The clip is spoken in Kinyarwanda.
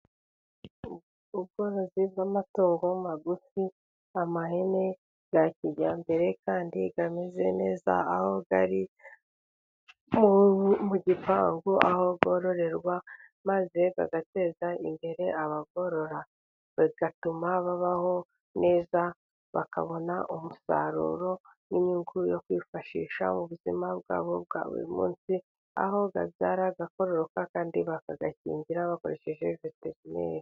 Ubworozi bw'amatungo magufi, amahene ya kijyambere kandi ameze neza, aho ari mu gipangu aho yororerwa, maze agateza imbere abagorora, bigatuma babaho neza bakabona umusaruro n'inyungu yo kwifashisha mu buzima bwabo bwa buri munsi, aho abyara akororoka, kandi bakayakingira bakoresheje veterineri.